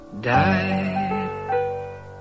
died